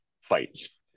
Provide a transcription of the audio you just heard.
fights